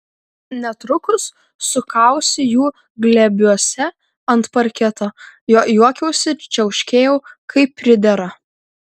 netrukus sukausi jų glėbiuose ant parketo juokiausi čiauškėjau kaip pridera